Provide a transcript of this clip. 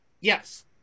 Yes